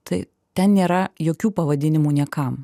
tai ten nėra jokių pavadinimų niekam